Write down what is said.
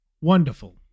wonderful